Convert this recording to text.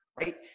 right